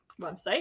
website